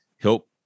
help